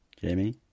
Jamie